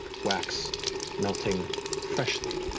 wax melting freshly.